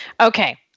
Okay